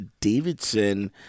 davidson